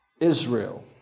Israel